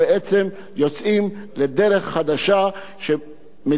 שמדינת ישראל שאפה לה כבר עשרות שנים.